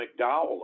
McDowell